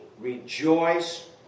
Rejoice